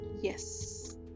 Yes